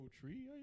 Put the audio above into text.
tree